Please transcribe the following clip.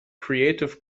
creative